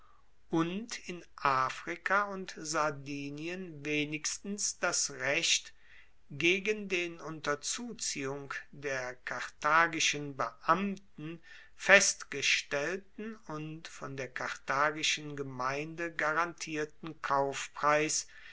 und in afrika und sardinien wenigstens das recht gegen den unter zuziehung der karthagischen beamten festgestellten und von der karthagischen gemeinde garantierten kaufpreis